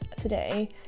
today